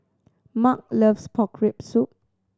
Mark loves pork rib soup